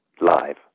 live